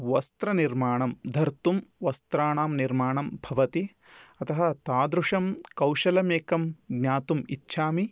वस्त्रनिर्माणं धर्तुं वस्त्राणां निर्माणं भवति अतः तादृशं कौशलमेकं ज्ञातिमिच्छामि